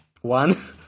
one